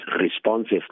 responsive